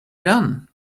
done